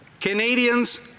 Canadians